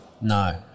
No